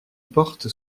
porte